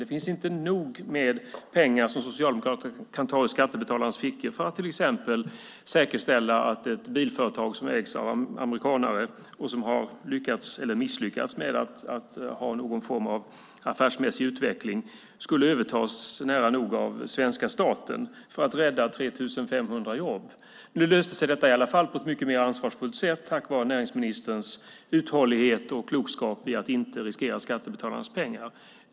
Det finns inte nog med pengar som Socialdemokraterna kan ta ur skattebetalarnas fickor för att till exempel säkerställa att ett bilföretag som ägs av amerikaner och som har misslyckats med att ha någon form av affärsmässig utveckling nära nog skulle övertas av svenska staten för att rädda 3 500 jobb. Nu löste sig detta i alla fall på ett mycket mer ansvarsfullt sätt tack vare näringsministerns uthållighet och klokskap när det gäller att inte riskera skattebetalarnas pengar.